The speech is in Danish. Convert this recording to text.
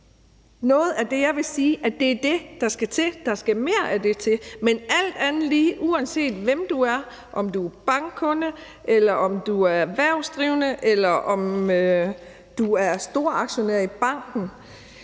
noget af det, jeg vil sige at der skal til og at der skal mere af til, men alt andet lige, så skal banken, uanset hvem du er – om du er bankkunde, om du er erhvervsdrivende, eller om du er storaktionær i banken